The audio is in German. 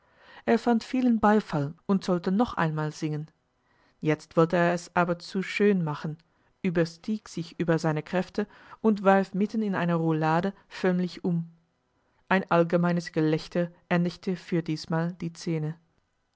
er fand vielen beifall und sollte noch einmal singen jetzt wollte er es aber zu schön machen überstieg sich über seine kräfte und warf mitten in einer roulade förmlich um ein allgemeines gelächter endigte für diesmal die szene